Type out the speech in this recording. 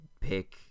pick